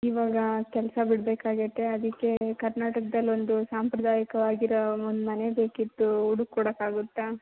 ಇವಾಗ ಕೆಲಸ ಬಿಡಬೇಕಾಗೈತೆ ಅದಕ್ಕೆ ಕರ್ನಾಟಕ್ದಲ್ಲಿ ಒಂದು ಸಾಂಪ್ರದಾಯಿಕವಾಗಿರೋ ಒಂದು ಮನೆ ಬೇಕಿತ್ತು ಹುಡುಕ್ ಕೊಡಕ್ಕೆ ಆಗುತ್ತಾ